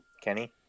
Kenny